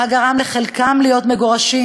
מה גרם לחלקם להיות מגורשים.